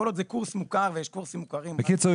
כל עוד זה קורס מוכר ויש קורסים מוכרים --- בקיצור,